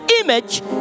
image